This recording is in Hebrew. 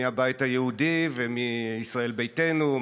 מהבית היהודי ומישראל ביתנו,